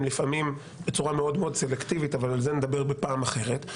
לפעמים בצורה מאוד סלקטיבית אבל על זה נדבר בפעם אחרת,